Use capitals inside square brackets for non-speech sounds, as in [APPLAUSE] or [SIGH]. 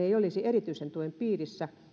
[UNINTELLIGIBLE] eivät ole erityisen tuen piirissä